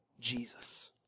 Jesus